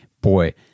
boy